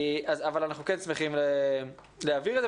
אבל אנחנו כן שמחים להעביר את זה.